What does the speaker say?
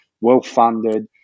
well-funded